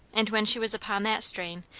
and when she was upon that strain,